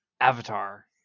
avatar